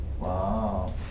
wow